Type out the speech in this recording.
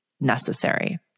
necessary